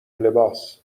لباس